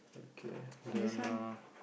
okay then uh